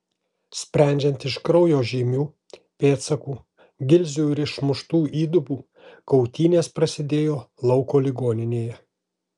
sprendžiant iš kraujo žymių pėdsakų gilzių ir išmuštų įdubų kautynės prasidėjo lauko ligoninėje